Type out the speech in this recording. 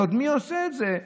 ועוד מי עושה את זה?